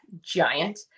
giant